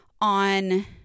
on